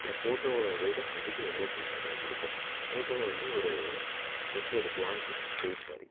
அந்த ஃபோட்டோவை விட அதிக எமோஷன்ஸ் அதில் இருக்கும் ஃபோட்டோவை வந்து ஒரு ஜஸ்ட்டு ஒரு ப்ளாங்க் பேஜ் மாதிரி